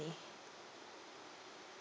money